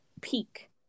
peak